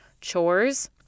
chores